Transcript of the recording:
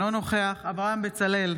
אינו נוכח אברהם בצלאל,